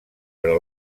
però